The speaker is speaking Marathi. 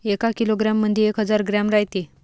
एका किलोग्रॅम मंधी एक हजार ग्रॅम रायते